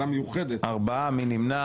ארבעה, מי נמנע?